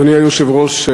אדוני היושב-ראש,